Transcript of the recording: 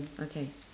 okay